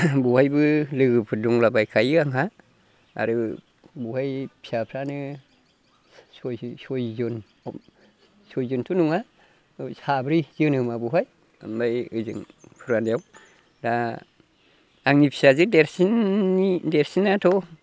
बेवहायबो लोगोफोर दंला बायखायो आंहा आरो बेवहाय फिसाफ्रानो सयजन सयजनथ' नङा साब्रै जोनोमा बेवहाय ओमफ्राय ओजों फुरानायाव दा आंनि फिसाजो देरसिननि देरसिनाथ'